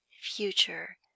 future